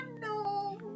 No